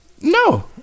No